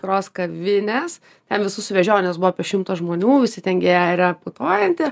gros kavines ten visus vežiojo buvo apie šimtą žmonių visi ten gėrė putojantį